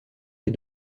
les